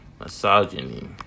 misogyny